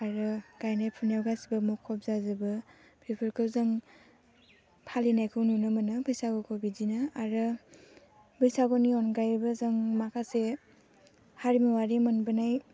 आरो गायनाय फुनायाव गासिबो मुखुब जाजोबो बेफोरखौ जों फालिनायखौ नुनो मोनो बैसागुखौ बिदिनो आरो बैसागुनि अनगायैबो जों माखासे हारिमुवारि मोनबोनाय